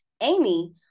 Amy